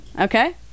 okay